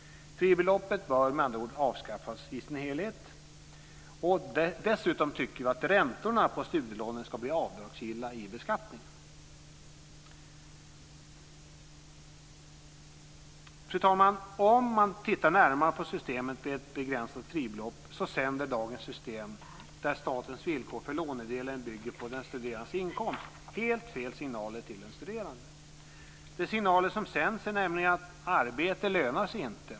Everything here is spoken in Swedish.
Fribeloppet bör med andra ord avskaffas i sin helhet. Dessutom tycker vi att räntorna på studielånen ska bli avdragsgilla i beskattningen. Fru talman! Om man tittar närmare på systemet med ett begränsat fribelopp ser man att dagens system, där statens villkor för lånedelen bygger på den studerandes inkomst, sänder helt fel signaler till den studerande. De signaler som sänds är nämligen "Arbete lönar sig inte".